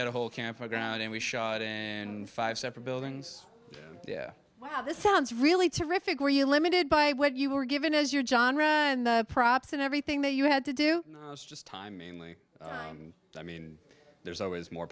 had a whole camp ground and we shot it and five separate buildings yeah wow this sounds really terrific were you limited by what you were given as your john ran the props and everything that you had to do is just time mainly time i mean there's always more